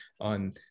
on